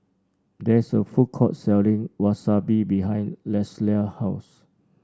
there is a food court selling Wasabi behind Lelia's house